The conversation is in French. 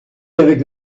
avec